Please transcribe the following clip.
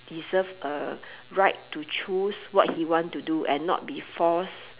deserve a right to choose what he want to do and not be forced